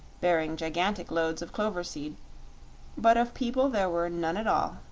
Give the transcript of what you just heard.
bearing gigantic loads of clover seed but of people there were none at all.